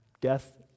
Death